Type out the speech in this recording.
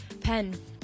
Pen